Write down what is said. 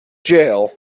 jail